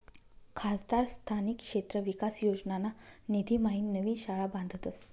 खासदार स्थानिक क्षेत्र विकास योजनाना निधीम्हाईन नवीन शाळा बांधतस